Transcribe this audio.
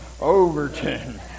Overton